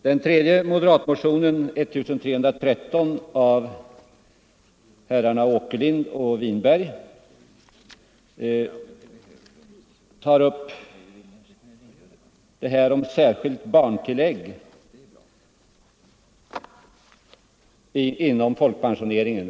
Den tredje moderatmotionen, 1313 av herrar Åkerlind och Winberg, tar upp frågan om särskilt barntillägg inom folkpensioneringen.